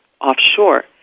offshore